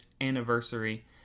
anniversary